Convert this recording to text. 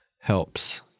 helps